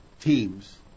teams